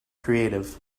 creative